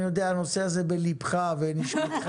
אני יודע שהנושא הזה בלבך ובנשמתך,